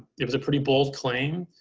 it was a pretty bold claim.